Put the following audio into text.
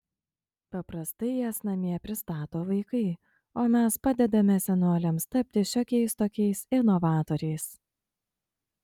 paprastai jas namie pristato vaikai o mes padedame senoliams tapti šiokiais tokiais inovatoriais